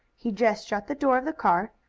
he just shut the door of the car,